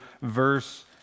verse